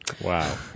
Wow